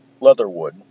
Leatherwood